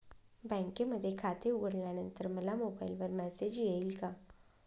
बँकेमध्ये खाते उघडल्यानंतर मला मोबाईलवर मेसेज येईल का?